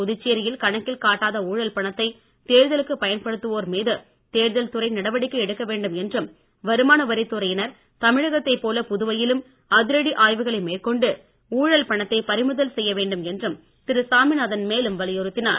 புதுச்சேரியில் கணக்கில் காட்டாத ஊழல் பணத்தை தேர்தலுக்கு பயன்படுத்துவோர் மீது தேர்தல் துறை நடவடிக்கை எடுக்க வேண்டும் என்றும் வருமானவரித் துறையினர் தமிழகத்தைப் போல புதுவையிலும் அதிரடி ஆய்வுகளை மேற்கொண்டு ஊழல் பணத்தை பறிமுதல் செய்ய வேண்டும் என்றும் திரு சாமிநாதன் மேலும் வலியுறுத்தினார்